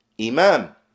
Imam